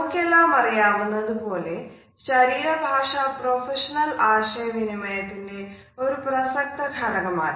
നമുക്കെല്ലാം അറിയാവുന്നതുപോലെ ശരീര ഭാഷ പ്രൊഫഷണൽ ആശയവിനിമയത്തിന്റെ ഒരു പ്രസക്ത ഘടകമാണ്